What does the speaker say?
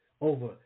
over